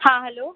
ہاں ہیلو